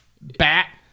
bat